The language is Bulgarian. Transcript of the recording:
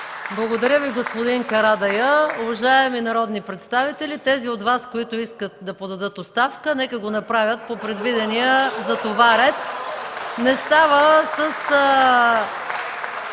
Благодаря Ви, господин Карадайъ. Уважаеми народни представители, тези от Вас, които искат да подадат оставка, нека го направят по предвидения за това ред.